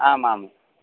आम् आम्